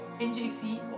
NJC